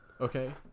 Okay